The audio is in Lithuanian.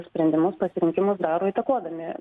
sprendimus pasirinkimus daro įtakodami